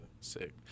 Sick